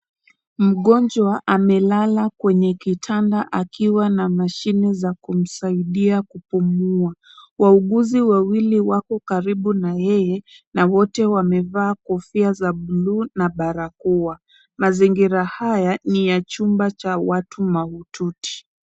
Mgonjwa amelala kwenye kitanda akiwa na mashine za kumsaidia kupumua. Wauguzi wawili wako karibu na yeye, na wote wamvaa kofia za buluu na barakoa. Mazingira haya ni ya chumba cha watu mahututi.